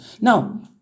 Now